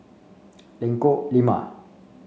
Lengkong Lima